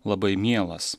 labai mielas